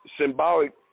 symbolic